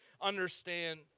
understand